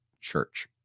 church